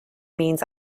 means